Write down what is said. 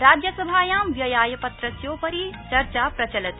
राज्यसभायां व्ययाय पत्रस्योपरिचर्चा प्रचलति